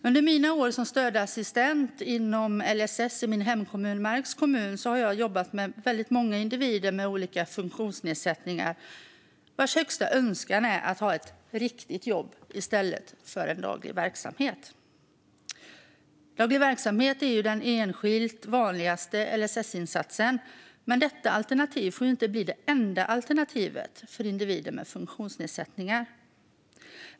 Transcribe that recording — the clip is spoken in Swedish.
Under mina år som stödassistent inom LSS i min hemkommun, Marks kommun, har jag jobbat med individer med olika funktionsnedsättningar vars högsta önskan är att ha ett "riktigt jobb" i stället för daglig verksamhet. Daglig verksamhet är ju den enskilt vanligaste LSS-insatsen, men detta alternativ får inte bli det enda alternativet för individer med funktionsnedsättningar.